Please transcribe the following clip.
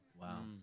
Wow